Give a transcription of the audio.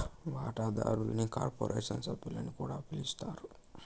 వాటాదారుల్ని కార్పొరేషన్ సభ్యులని కూడా పిలస్తారు